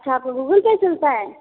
अच्छा आपका गूगलपे चलता है